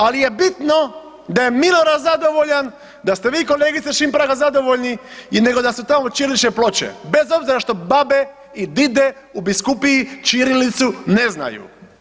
Ali je bitno da je Milorad zadovoljan, da ste vi kolegice Šimpraga zadovoljni i nego da su tamo ćirilične ploče bez obzire što babe i dide u biskupiji ćirilicu ne znaju.